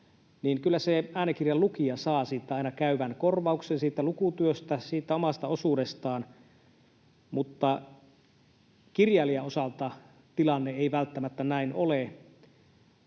niin kyllä se äänikirjan lukija saa aina käyvän korvauksen siitä lukutyöstä, siitä omasta osuudestaan, mutta kirjailijan osalta tilanne ei välttämättä näin ole,